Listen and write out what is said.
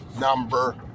number